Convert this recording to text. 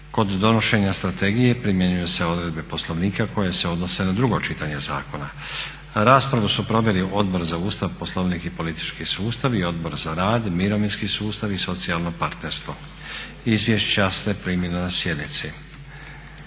Kod donošenja Strategije primjenjuju se odredbe Poslovnika koje se odnose na drugo čitanje zakona. Raspravu su proveli Odbor za Ustav, Poslovnik i politički sustav i Odbor za rad, mirovinski sustav i socijalno partnerstvo. Izvješća ste primili na sjednici.